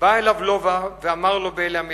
בא אליו לובה ואמר לו באלה המלים: